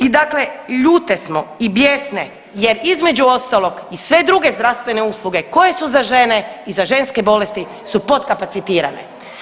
I dakle ljute smo i bijesne jer između ostalog i sve druge zdravstvene usluge koje su za žene i za ženske bolesti su potkapacitirane.